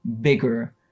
bigger